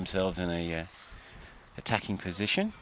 themselves in a attacking position